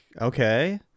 okay